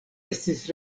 estis